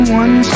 one